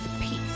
peace